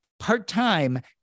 part-time